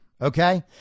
Okay